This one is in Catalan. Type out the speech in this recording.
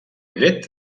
llet